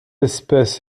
espèce